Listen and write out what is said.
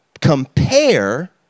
compare